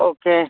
okay